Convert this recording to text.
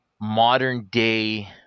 Modern-day –